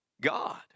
God